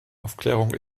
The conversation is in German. aufklärung